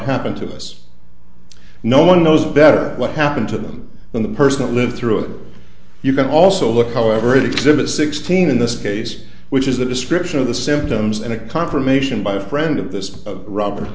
happened to us no one knows better what happened to them than the person that lived through it you can also look however exhibit sixteen in this case which is the description of the symptoms and a confirmation by a friend of this of robert